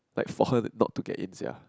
but for her not to get in sia